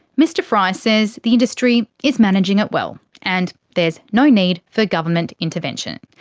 mr fry says the industry is managing it well and there's no need for government intervention.